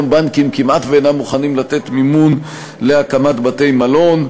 היום בנקים כמעט שאינם מוכנים לתת מימון להקמת בתי-מלון,